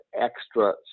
extra